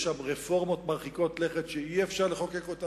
יש שם רפורמות מרחיקות לכת שאי-אפשר לחוקק אותן,